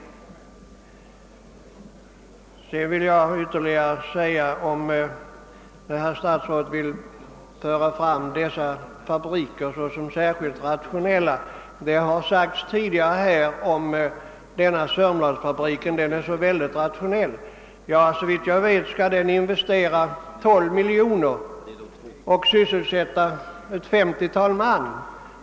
Dessutom vill jag säga några ord med anledning av att herr statsrådet framhåller de s.k. fläskfabrikerna såsom särskilt rationella. Såsom här tidigare påpekats skall sörmlandsfabriken, där det investerats 12 miljoner kronor, sysselsätta ett 50-tal personer.